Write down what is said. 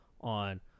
on